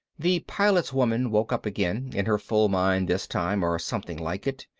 the pilot's woman woke up again, in her full mind this time or something like it.